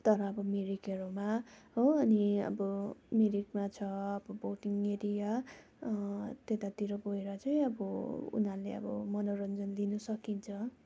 तर अब मिरिकहरूमा हो अनि अब मिरिकमा छ बोटिङ एरिया त्यतातिर गएर चाहिँ अब उनीहरूले अब मनोरन्जन लिनु सकिन्छ